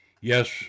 Yes